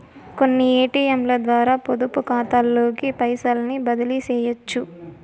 కొన్ని ఏటియంలద్వారా పొదుపుకాతాలోకి పైసల్ని బదిలీసెయ్యొచ్చు